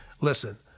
Listen